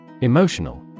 Emotional